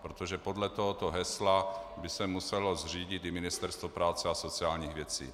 Protože podle tohoto hesla by se muselo řídit i Ministerstvo práce a sociálních věcí.